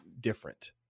different